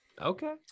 Okay